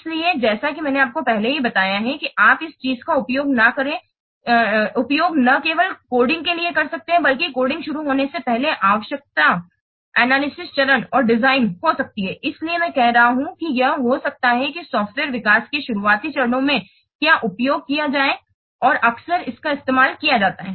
इसलिए जैसा कि मैंने आपको पहले ही बताया है कि आप इस चीज़ का उपयोग न केवल कोडिंग के लिए कर सकते हैं बल्कि कोडिंग शुरू होने से पहले आवश्यकता विश्लेषण चरण और डिज़ाइन हो सकता है इसलिए मैं कह रहा हूं कि यह हो सकता है कि सॉफ़्टवेयर विकास के शुरुआती चरणों में क्या उपयोग किया जाए और अक्सर इसका इस्तेमाल किया जा सकता है